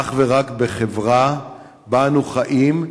אך ורק בחברה שבה אנו חיים,